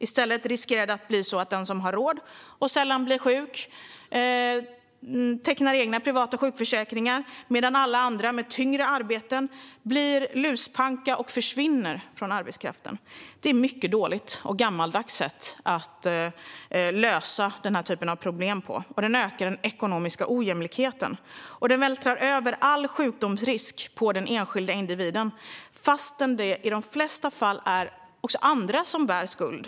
I stället riskerar det att bli så att de som har råd och sällan blir sjuka tecknar egna privata sjukförsäkringar, medan alla andra med tyngre arbeten blir luspanka och försvinner från arbetskraften. Det är ett mycket dåligt och gammaldags sätt att lösa denna typ av problem. Det ökar den ekonomiska ojämlikheten och vältrar över all sjukdomsrisk på den enskilda individen, trots att det i de flesta fall är även andra som bär skuld.